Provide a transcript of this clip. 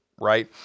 right